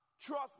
Trust